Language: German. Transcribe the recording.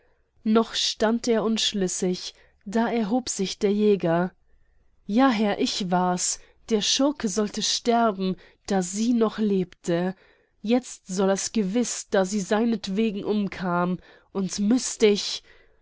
noch stand er unschlüssig da erhob sich der jäger ja herr ich war's der schurke sollte sterben da sie noch lebte jetzt soll er's gewiß da sie seinetwegen umkam und müßt ich